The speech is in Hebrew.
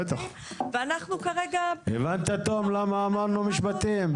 תום, הבנת למה אמרנו משפטיים?